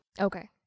Okay